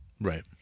Right